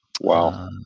Wow